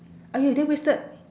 !aiyo! then wasted